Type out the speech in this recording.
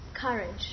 courage